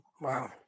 Wow